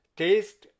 taste